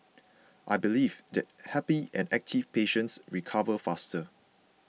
I believe that happy and active patients recover faster